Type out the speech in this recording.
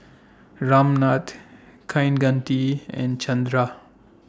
Ramnath Kaneganti and Chandra